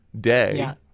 day